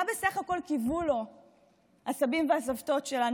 מה בסך הכול קיוו לו הסבים והסבתות שלנו?